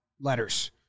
letters